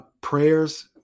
Prayers